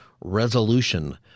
resolution